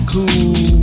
Cool